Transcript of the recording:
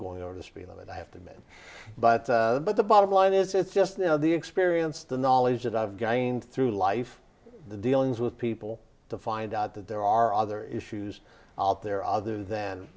going over the speed limit i have to admit but but the bottom line is it's just you know the experience the knowledge that i've gained through life the dealings with people to find out that there are other issues out there other than